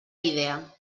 idea